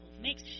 makes